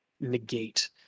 negate